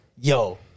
Yo